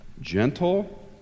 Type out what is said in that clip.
gentle